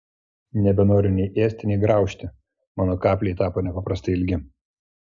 nebenoriu nei ėsti nei graužti mano kapliai tapo nepaprastai ilgi